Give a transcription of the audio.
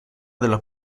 della